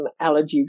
allergies